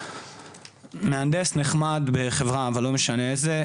הוא מהנדס נחמד בחברה כלשהי לא משנה איזה,